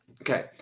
Okay